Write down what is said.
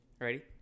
ready